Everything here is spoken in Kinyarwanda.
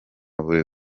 buri